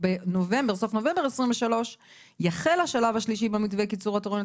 וסוף נובמבר 2023 יחל השלב השלישי במתווה לקיצור התורנויות